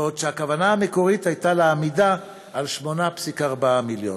בעוד הכוונה המקורית הייתה להעמידה על 8.4 מיליון.